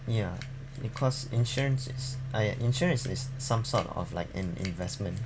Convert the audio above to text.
ya because insurance is I insurance is is some sort of like an investment